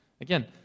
Again